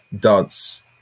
dance